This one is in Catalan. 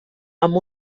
amb